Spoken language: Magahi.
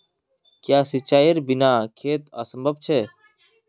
क्याँ सिंचाईर बिना खेत असंभव छै?